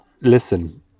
listen